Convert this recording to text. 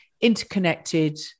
interconnected